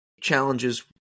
challenges